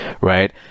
right